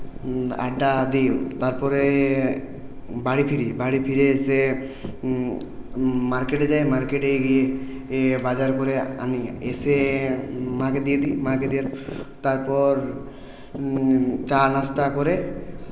আড্ডা দিই তারপরে বাড়ি ফিরি বাড়ি ফিরে এসে মার্কেটে যাই মার্কেটে গিয়ে বাজার করে আনি এসে মাকে দিয়ে দিই মাকে দেওয়ার তারপর চা নাস্তা করে